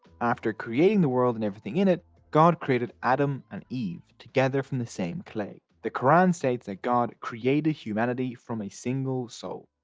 after creating the world and everything in it god created adam and eve together from the same clay. the quran states god created humanity from a single soul.